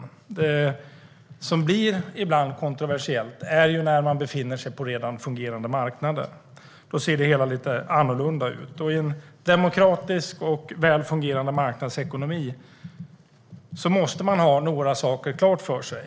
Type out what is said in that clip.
okontroversiella. Det som ibland blir kontroversiellt är när man befinner sig på redan fungerande marknader. Då ser det hela lite annorlunda ut. I en demokratisk och väl fungerande marknadsekonomi måste man ha några saker klart för sig.